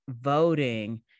voting